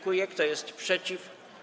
Kto jest przeciw?